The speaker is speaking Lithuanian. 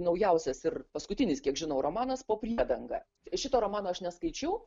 naujausias ir paskutinis kiek žinau romanas po priedanga šito romano aš neskaičiau